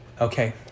okay